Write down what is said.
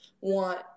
want